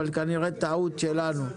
אבל כנראה טעות שלנו,